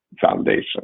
foundation